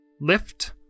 Lift